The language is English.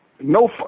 No